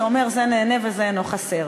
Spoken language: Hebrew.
שאומר: זה נהנה וזה אינו חסר,